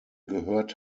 gehört